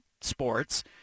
sports